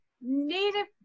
Native